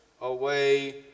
away